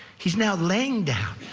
he is now laying down,